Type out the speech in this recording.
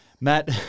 Matt